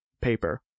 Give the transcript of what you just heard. paper